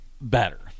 better